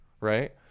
right